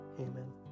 Amen